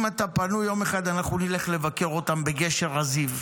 אם אתה פנוי יום אחד, נלך לבקר אותם בגשר הזיו.